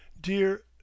Dear